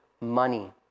money